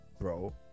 bro